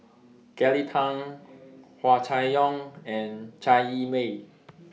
Kelly Tang Hua Chai Yong and Chai Yee Wei